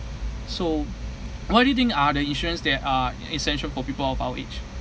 so what do you think are the insurance that are essential for people of our age